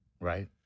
Right